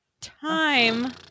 Time